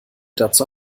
dazu